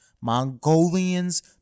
Mongolians